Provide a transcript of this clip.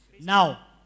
Now